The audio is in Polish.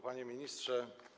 Panie Ministrze!